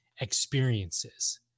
experiences